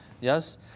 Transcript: Yes